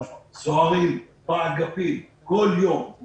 כל יום מודדים חום לסוהרים באגפים כדי